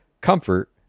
comfort